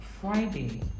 Friday